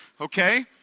Okay